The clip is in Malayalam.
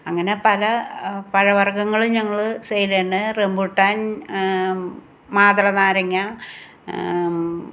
അങ്ങനെ പല പഴ വർഗ്ഗങ്ങൾ ഞങ്ങൾ സേയില് ചെയ്യുന്നു റെമ്പൂട്ടാൻ മാതള നാരങ്ങ